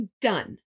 done